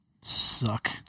Suck